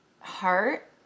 heart